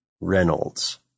Reynolds